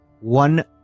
one